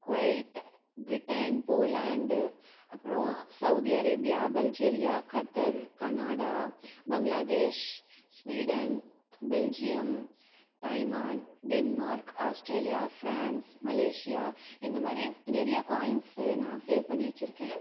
quite Britain Poland அப்றம் Saudi Arabia பெல்ஜேரியா Qatar Canada Bangladesh Sweden Belgium தய்மான் டென்மார்க் ஆஸ்ட்ரேலியா ஃபிரான்ஸ் மலேசியா இந்த மாதிரி நிறைய காயின்ஸு நான் சேவ் பண்ணி வச்சிருக்கேன்